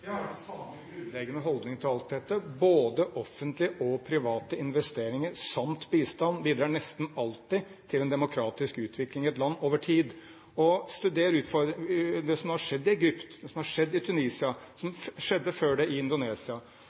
Jeg har den samme grunnleggende holdning til alt dette: Både offentlige og private investeringer samt bistand bidrar nesten alltid til en demokratisk utvikling i et land over tid. Vi kan se på det som nå har skjedd Egypt, og det som har skjedd i Tunisia – og det som skjedde før det i Indonesia: